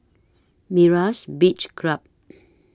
Myra's Beach Club